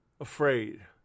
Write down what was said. afraid